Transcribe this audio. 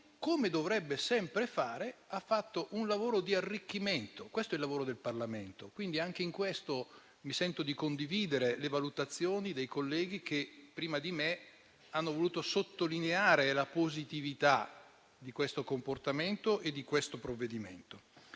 come dovrebbe sempre fare, ha fatto un lavoro di arricchimento: questo è il lavoro del Parlamento. Anche in questo mi sento di condividere le valutazioni dei colleghi che prima di me hanno voluto sottolineare la positività di questo comportamento e di questo provvedimento,